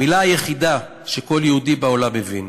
המילה היחידה שכל יהודי בעולם מבין,